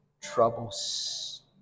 troubles